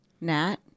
Nat